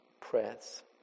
prayers